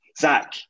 zach